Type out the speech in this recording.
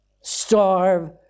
starve